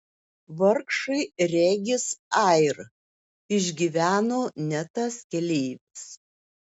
vargšai regis air išgyveno ne tas keleivis